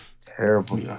Terrible